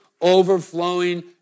overflowing